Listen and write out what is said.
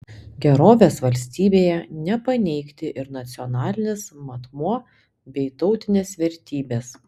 gerovės valstybėje nepaneigti ir nacionalinis matmuo bei tautinės vertybės